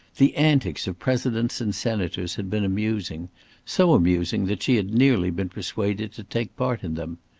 the antics of presidents and senators had been amusing so amusing that she had nearly been persuaded to take part in them.